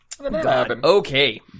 Okay